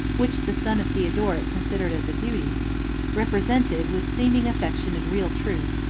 which the son of theodoric considered as a duty represented, with seeming affection and real truth,